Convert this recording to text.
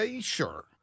Sure